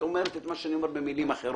את אומרת את מה שאני אומר במילים אחרות.